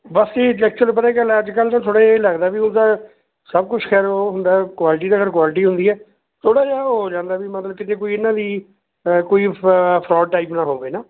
ਬਸ ਜੀ ਜੈਕਚਲ ਪਤਾ ਕੀ ਗੱਲ ਹੈ ਅੱਜ ਕੱਲ੍ਹ 'ਚ ਥੋੜ੍ਹੇ ਜਿਹਾ ਇਹ ਲੱਗਦਾ ਵੀ ਉਹਦਾ ਸਭ ਕੁਝ ਕਹਿ ਲਓ ਉਹ ਹੁੰਦਾ ਕੁਆਲਟੀ ਦਾ ਫਿਰ ਕੁਆਲਿਟੀ ਹੁੰਦੀ ਹੈ ਥੋੜ੍ਹਾ ਜਿਹਾ ਉਹ ਹੋ ਜਾਂਦਾ ਵੀ ਮਤਲਬ ਕਿਤੇ ਕੋਈ ਇਹਨਾਂ ਦੀ ਕੋਈ ਫ ਫਰੋਡ ਟਾਈਪ ਨਾ ਹੋਵੇ ਨਾ